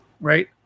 right